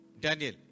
Daniel